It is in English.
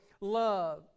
love